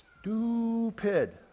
stupid